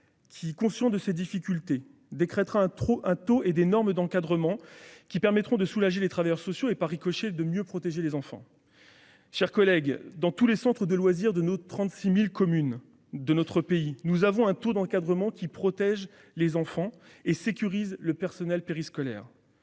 qui, conscient de ces difficultés, décrétera un taux et des normes d'encadrement qui permettront de soulager les travailleurs sociaux et, par ricochet, de mieux protéger les enfants. Mes chers collègues, dans tous les centres de loisirs des 36 000 communes de notre pays, un taux d'encadrement est fixé, qui protège les enfants et sécurise le personnel périscolaire.